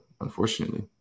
unfortunately